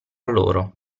loro